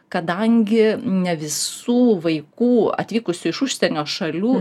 kadangi ne visų vaikų atvykusių iš užsienio šalių